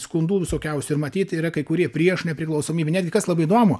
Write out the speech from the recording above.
skundų visokiausių ir matyt yra kai kurie prieš nepriklausomybę netgi kas labai įdomu